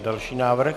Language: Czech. Další návrh.